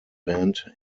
band